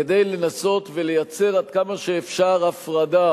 כדי לנסות ליצור, עד כמה שאפשר, הפרדה